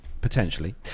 potentially